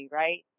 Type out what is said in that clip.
right